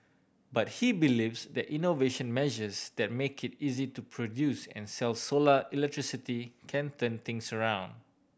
but he believes that innovation measures that make it easy to produce and sell solar electricity can turn things around